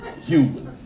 human